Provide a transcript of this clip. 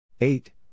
eight